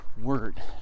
word